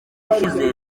ushize